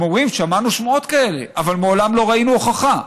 הם אומרים: שמענו שמועות כאלה אבל מעולם לא ראינו הוכחה,